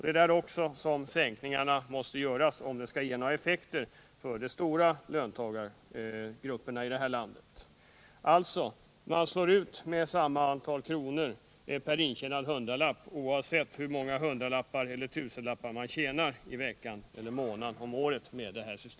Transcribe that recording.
Det är också där som sänkningarna måste göras om det skall ge några effekter för de stora löntagargrupperna här i landet.